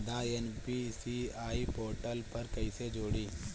आधार NPCI portal पर कईसे जोड़ी?